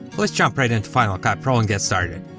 lets jump right into final cut pro and get started.